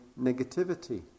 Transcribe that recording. negativity